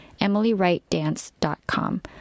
emilywrightdance.com